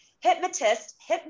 hypnotist